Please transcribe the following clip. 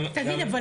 תגיד, אבל